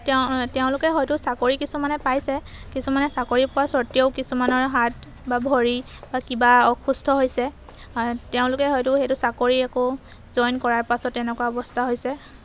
তেওঁ তেওঁলোকে হয়তো চাকৰি কিছুমানে পাইছে কিছুমানে চাকৰি পোৱা স্বত্বেও কিছুমানৰ হাত বা ভৰি বা কিবা অসুস্থ হৈছে তেওঁলোকে হয়তো সেইটো চাকৰি আকৌ জইন কৰাৰ পাছত এনেকুৱা অৱস্থা হৈছে